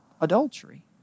adultery